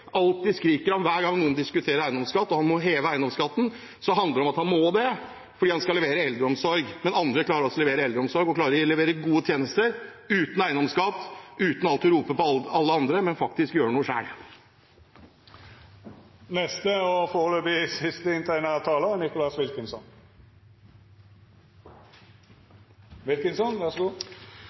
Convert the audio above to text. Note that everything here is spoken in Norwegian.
alltid skriker om hver gang noen diskuterer eiendomsskatten og han må heve den. Da handler det om at han må det fordi han skal levere eldreomsorg. Men andre klarer altså å levere eldreomsorg og gode tjenester uten eiendomsskatt, uten alltid å rope på alle andre, men ved faktisk å gjøre noe